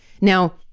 Now